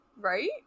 Right